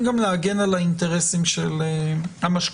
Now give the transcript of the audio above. גם להגן על האינטרסים של המשקיעים,